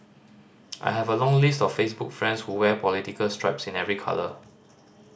I have a long list of Facebook friends who wear political stripes in every colour